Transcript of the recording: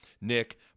Nick